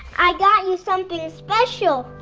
i got you something special.